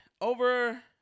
Over